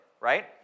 Right